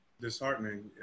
disheartening